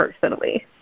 personally